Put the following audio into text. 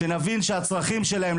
שנבין שהצרכים שלהם,